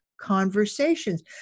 conversations